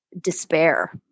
despair